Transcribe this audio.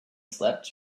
slept